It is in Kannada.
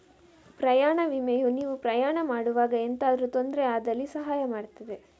ಪ್ರಯಾಣ ವಿಮೆಯು ನೀವು ಪ್ರಯಾಣ ಮಾಡುವಾಗ ಎಂತಾದ್ರೂ ತೊಂದ್ರೆ ಆದಲ್ಲಿ ಸಹಾಯ ಮಾಡ್ತದೆ